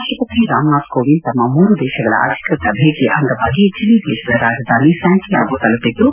ರಾಪ್ಟಪತಿ ರಾಮನಾಥ್ ಕೋವಿಂದ್ ತಮ್ಮ ಮೂರು ದೇಶಗಳ ಅಧಿಕೃತ ಭೇಟಿಯ ಅಂಗವಾಗಿ ಚಿಲಿ ದೇಶದ ರಾಜಧಾನಿ ಸ್ಚಾಂಟಿಯಾಗೋ ತಲುಪಿದ್ದು